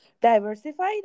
diversified